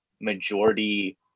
majority